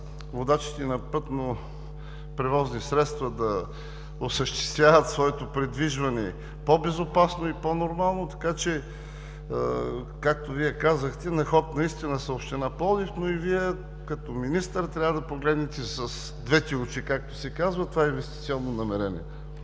водачите на пътни превозни средства да осъществяват своето придвижване по-безопасно и по-нормално. Така че както Вие казахте, на ход наистина е Община Пловдив, но и Вие като министър трябва да погледнете с двете очи, както се казва, това инвестиционно намерение.